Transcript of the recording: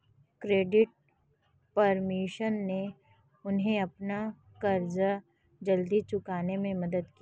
credit परामर्श ने उन्हें अपना कर्ज जल्दी चुकाने में मदद की